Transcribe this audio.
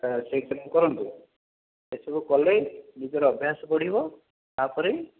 ତ ସେଇ ସବୁ କରନ୍ତୁ ସେସବୁ କଲେ ନିଜର ଅଭ୍ୟାସ ବଢ଼ିବ ତା'ପରେ